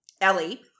Ellie